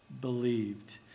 Believed